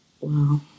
Wow